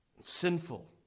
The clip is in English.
sinful